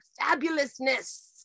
fabulousness